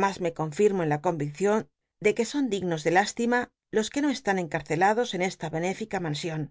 mas me confirmo en la con iccion de que son dignos de lüstima los qnc no c t in encarcelados en esta benélica mansion